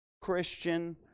Christian